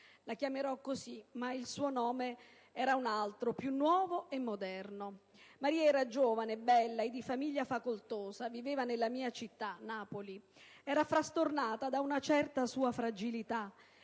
La chiamerò così, anche se il suo nome era un altro, più nuovo e moderno. Maria era giovane, bella e di famiglia facoltosa. Viveva nella mia città: Napoli. Era frastornata da una certa sua fragilità